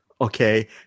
okay